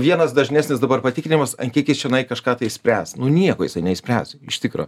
vienas dažnesnis dabar patikrinimas ant kiek jis čionai kažką tai išspręs nu nieko jisai neišspręs iš tikro